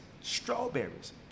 strawberries